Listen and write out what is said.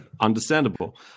understandable